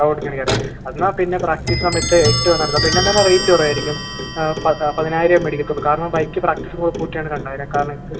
ഓടിച്ചെന്ന് കയറ് എന്നാൽ പിന്നെ പ്രാക്റ്റീസ് സമയത്ത് എട്ട് വേണമായിരുന്നു പിന്നെ നല്ല റേറ്റ് കുറവായിരിക്കും പതിനായിരമേ മേടിക്കത്തുള്ളൂ കാരണം ബൈക്ക് പ്രാക്റ്റീസ് കൂടി കൂട്ടിയാണ് രണ്ടായിരം കാരണം നിങ്ങൾക്ക്